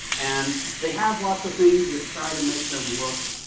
and they have lots of things that try to make them look